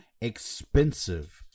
expensive